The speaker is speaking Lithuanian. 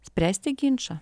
spręsti ginčą